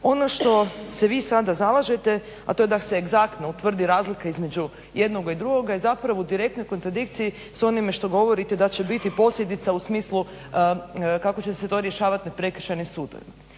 Ono što se vi sada zalažete, a to je da se egzaktno utvrdi razlika između jednoga i drugoga je zapravo u direktnoj kontradikciji s onime što govorite da će biti posljedica u smislu kako će se to rješavati na prekršajnim sudovima.